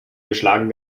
geschlagen